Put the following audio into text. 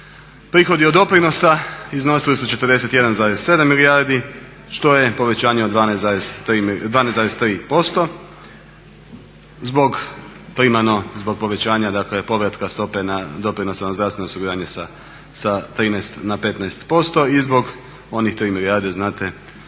Prihodi od doprinosa iznosili su 41,7 milijardi što je povećanje od 12,3%, zbog primarno zbog povećanja povratka stope doprinosa na zdravstveno osiguranje sa 13 na 15% i zbog onih 3 milijarde